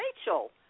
Rachel